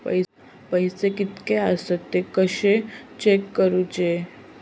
पैसे कीतके आसत ते कशे चेक करूचे?